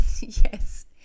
yes